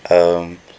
um